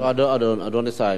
אדוני השר,